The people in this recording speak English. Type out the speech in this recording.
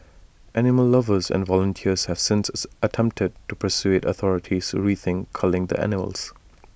animal lovers and volunteers have since attempted to persuade authorities to rethink culling the animals